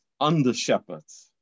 under-shepherds